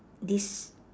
this